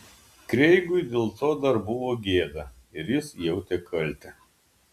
kreigui dėl to dar buvo gėda ir jis jautė kaltę